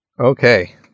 okay